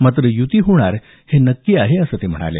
मात्र युती होणार हे नक्की आहे असं ते म्हणाले